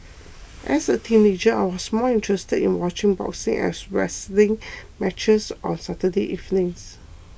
as a teenager I was more interested in watching boxing and wrestling matches on Saturday evenings